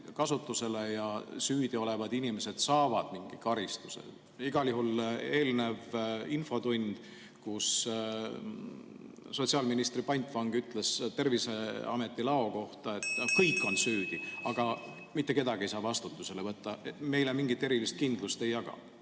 kasutusele ja süüdiolevad inimesed saavad mingi karistuse? Igal juhul eelnev infotund, kus sotsiaalministri pantvang ütles Terviseameti lao kohta, et kõik on süüdi, aga mitte kedagi ei saa vastutusele võtta, meile mingit erilist kindlust ei jaganud.